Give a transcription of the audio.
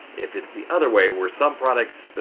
if it's the other way where some products,